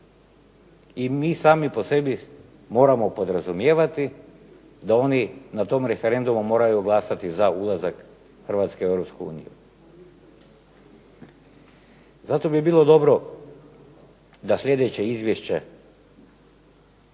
i mi sami po sebi moramo podrazumijevati da oni na tom referendumu moraju glasati za ulazak Hrvatske u EU? Zato bi bilo dobro da sljedeće izvješće,